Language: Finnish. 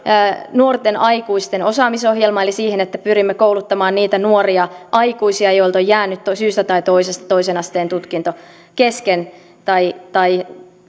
nuorten aikuisten osaamisohjelmaan eli siihen että pyrimme kouluttamaan niitä nuoria aikuisia joilta on jäänyt syystä tai toisesta toisen asteen tutkinto kesken tai tai